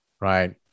Right